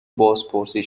بازپرسی